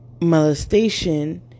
Molestation